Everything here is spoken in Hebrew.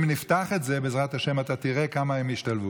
אם נפתח את זה, בעזרת השם אתה תראה כמה הם ישתלבו.